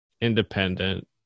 independent